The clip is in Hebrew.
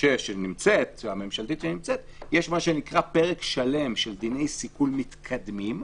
הממשלתית שהוגשה יש פרק שלם של דיני סיכול מתקדמים,